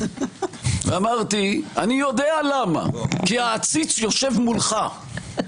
אמרתי שאני יודע למה, כי העציץ יושב מולך.